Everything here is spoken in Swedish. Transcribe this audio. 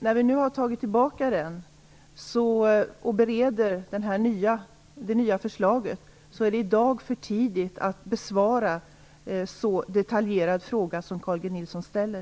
När vi nu har tagit tillbaka propositionen och bereder det nya förslaget är det i dag för tidigt att besvara en så detaljerad fråga som den Carl G Nilsson ställer.